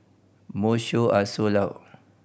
most show are sold out